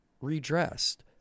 redressed